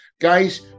Guys